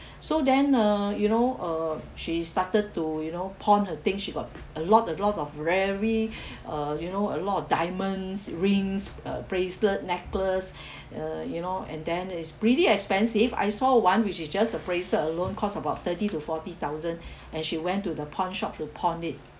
so then uh you know uh she started to you know pawn a thing she got a lot a lot of rarely uh you know a lot of diamonds rings uh bracelet necklace uh you know and then it's really expensive I saw one which is just a bracelet alone cost about thirty to forty thousand and she went to the pawnshop to pawn it